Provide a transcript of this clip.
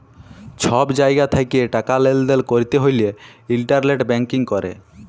ছব জায়গা থ্যাকে টাকা লেলদেল ক্যরতে হ্যলে ইলটারলেট ব্যাংকিং ক্যরে